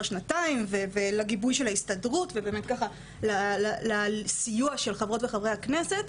שנתיים ולגיבוי של הסתדרות העובדים ובאמת ככה לסיוע של חברות וחברי הכנסת.